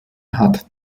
hat